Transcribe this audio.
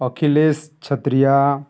Akhilesh Chhatria